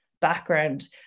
background